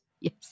Yes